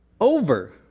over